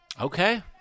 Okay